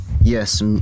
yes